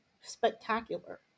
spectacular